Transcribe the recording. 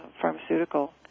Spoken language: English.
pharmaceutical